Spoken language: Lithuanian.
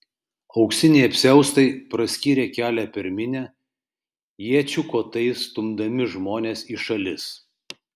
auksiniai apsiaustai praskyrė kelią per minią iečių kotais stumdami žmones į šalis